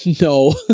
No